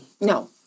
No